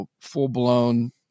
full-blown